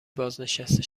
بازنشسته